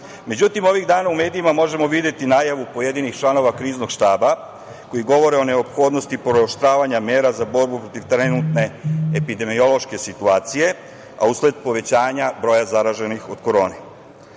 građana.Međutim, ovih dana u medijima možemo videti najavu pojedinih članova Kriznog štaba koji govore o neophodnosti pooštravanja mera za borbu protiv trenutne epidemiološke situacije, a usled povećanja broja zaraženih od korone.